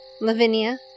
Lavinia